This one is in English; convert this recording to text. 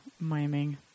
miming